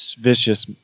Vicious